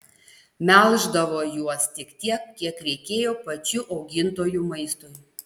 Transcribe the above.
melždavo juos tik tiek kiek reikėjo pačių augintojų maistui